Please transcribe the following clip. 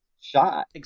shot